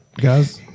guys